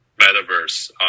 metaverse